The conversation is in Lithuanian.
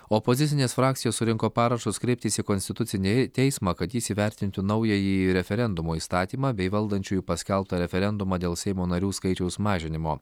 opozicinės frakcijos surinko parašus kreiptis į konstitucinį teismą kad jis įvertintų naująjį referendumo įstatymą bei valdančiųjų paskelbtą referendumą dėl seimo narių skaičiaus mažinimo